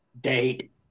date